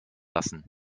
lassen